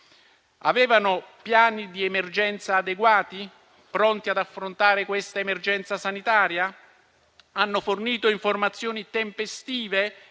Avevano piani di emergenza adeguati, pronti ad affrontare questa emergenza sanitaria? Hanno fornito informazioni tempestive